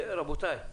רבותיי,